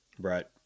Right